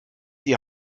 die